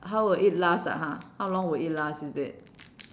how will it last ah ha how long will it last is it